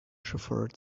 shepherd